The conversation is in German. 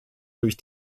durch